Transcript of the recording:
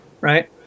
right